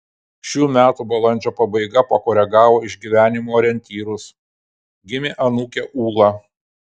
šių metų balandžio pabaiga pakoregavo išgyvenimų orientyrus gimė anūkė ūla